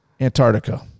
Antarctica